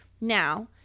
Now